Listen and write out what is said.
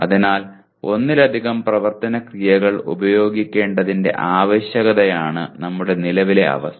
അതിനാൽ ഒന്നിലധികം പ്രവർത്തന ക്രിയകൾ ഉപയോഗിക്കേണ്ടതിന്റെ ആവശ്യകതയാണ് നമ്മുടെ നിലവിലെ അവസ്ഥ